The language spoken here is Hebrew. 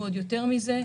ועוד יותר מזה,